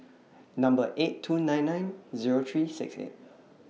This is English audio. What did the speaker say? Number eight two nine nine Zero three six eight